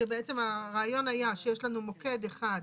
שבעצם הרעיון היה שיש לנו מוקד אחד,